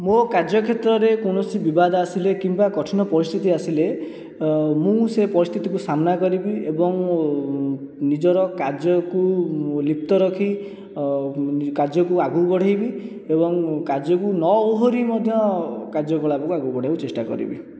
ମୋ' କାର୍ଯ୍ୟ କ୍ଷେତ୍ରରେ କୌଣସି ବିବାଦ ଆସିଲେ କିମ୍ବା କଠିନ ପରିସ୍ଥିତି ଆସିଲେ ମୁଁ ସେ ପରିସ୍ଥିତିକୁ ସାମନା କରିବି ଏବଂ ନିଜର କାର୍ଯ୍ୟକୁ ଲିପ୍ତ ରଖି କାର୍ଯ୍ୟକୁ ଆଗକୁ ବଢ଼ାଇବି ଏବଂ କାର୍ଯ୍ୟକୁ ନ ଓହରି ମଧ୍ୟ କାର୍ଯ୍ୟ କଳାପକୁ ଆଗକୁ ବଢ଼ାଇବାକୁ ଚେଷ୍ଟା କରିବି